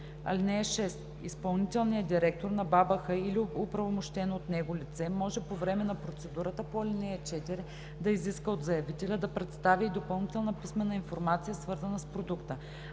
ДПП. (6) Изпълнителният директор на БАБХ или оправомощено от него лице може по време на процедурата по ал. 4 да изиска от заявителя да представи и допълнителна писмена информация, свързана с продукта.